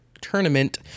tournament